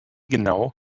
genau